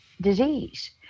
disease